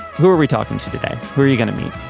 who are we talking to today. where are you gonna meet.